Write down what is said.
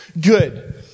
good